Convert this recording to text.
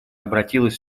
обратилась